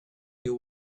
you